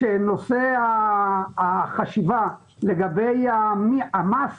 שהחשיבה לגבי המס